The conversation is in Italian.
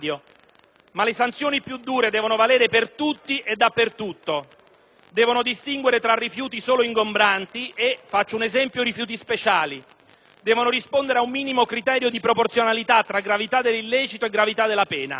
Ma le sanzioni più dure devono valere per tutti e dappertutto; devono distinguere tra rifiuti solo ingombranti e, faccio un esempio, rifiuti speciali; devono rispondere a un minimo criterio di proporzionalità tra gravità dell'illecito e gravità della pena.